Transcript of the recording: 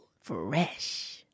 Fresh